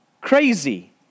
crazy